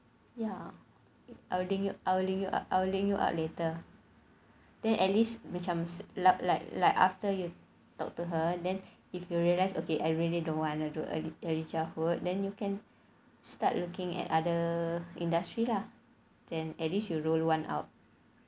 ya I would link you I would link you I would link you up later then at least macam lah like like after you talk to her then if you realise okay I really don't wanna do early early childhood then you can start looking at other industry lah then at least you roll one out